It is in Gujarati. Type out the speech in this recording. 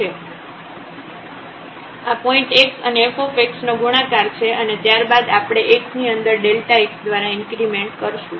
તેથી આ પોઇન્ટ x અને f નો ગુણાકાર છે અને ત્યારબાદ આપણે x ની અંદર x દ્વારા ઇન્ક્રીમેન્ટ કરશું